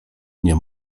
nie